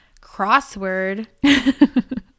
crossword